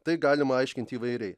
tai galima aiškint įvairiai